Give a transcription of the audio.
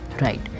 right